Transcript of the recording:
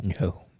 no